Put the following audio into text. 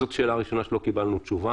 זו שאלה ראשונה שלא קיבלנו עליה